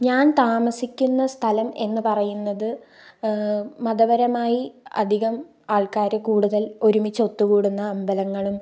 ഞാൻ താമസിക്കുന്ന സ്ഥലം എന്ന് പറയുന്നത് മതപരമായി അധികം ആൾക്കാര് കൂടുതൽ ഒരുമിച്ചൊത്തുകൂടുന്ന അമ്പലങ്ങളും